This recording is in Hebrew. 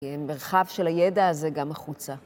מרחב של הידע הזה גם החוצה.